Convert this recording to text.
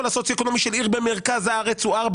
הסוציו-אקונומי של עיר במרכז הארץ הוא 4,